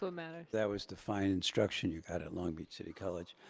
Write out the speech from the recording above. lomatics. that was the fine instruction you got at long beach city college.